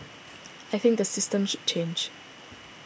I think the system should change